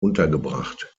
untergebracht